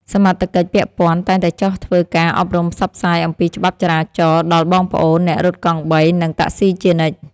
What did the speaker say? សមត្ថកិច្ចពាក់ព័ន្ធតែងតែចុះធ្វើការអប់រំផ្សព្វផ្សាយអំពីច្បាប់ចរាចរណ៍ដល់បងប្អូនអ្នករត់កង់បី និងតាក់ស៊ីជានិច្ច។